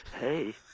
Hey